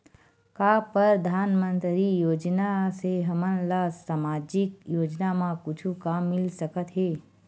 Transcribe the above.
का परधानमंतरी योजना से हमन ला सामजिक योजना मा कुछु काम मिल सकत हे?